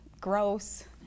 gross